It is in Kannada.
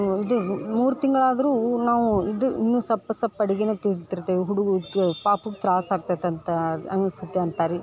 ಇದು ಮೂರು ತಿಂಗಳಾದರೂ ನಾವು ಇದು ಇನ್ನು ಸಪ್ಪೆ ಸಪ್ಪೆ ಅಡ್ಗೆನ ತಿಂತಿರ್ತೀವಿ ಹುಡುಗ ಪಾಪುಗೆ ತ್ರಾಸು ಆಗ್ತೈತೆ ಅಂತ ಅನಿಸುತ್ತೆ ಅಂತ ರೀ